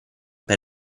per